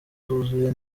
zuzuye